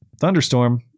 Thunderstorm